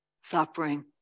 suffering